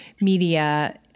media